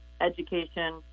education